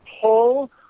pull